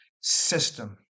system